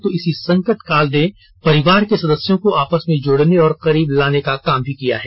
तो इसी संकट काल ने परिवार के सदस्यों को आपस में जोड़ने और करीब लाने का काम भी किया है